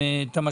על